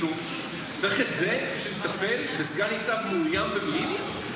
צריך את זה כדי לטפל בסגן ניצב מאוים במעיליא?